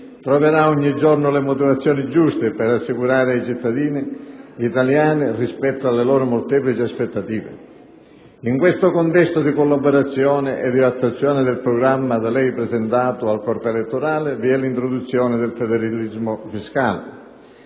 troverà ogni giorno le motivazioni giuste per rassicurare i cittadini italiani rispetto alle loro molteplici aspettative. In questo contesto di collaborazione e di attuazione del programma da lei presentato al corpo elettorale, vi è l'introduzione del federalismo fiscale.